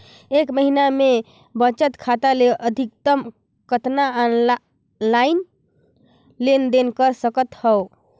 एक महीना मे बचत खाता ले अधिकतम कतना ऑनलाइन लेन देन कर सकत हव?